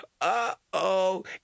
uh-oh